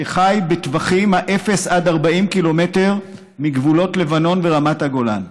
שחי בטווחים אפס עד 40 ק"מ מגבולות לבנון ורמת הגולן,